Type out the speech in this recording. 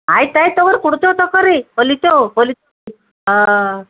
ಆಯ್ತಾಯ್ತು ತಗೋ ರೀ ಕೊಡ್ತೇವೆ ತಕೋರಿ ಹೊಲೀತೆವು ಹಾಂ